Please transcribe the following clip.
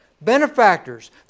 Benefactors